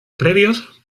previos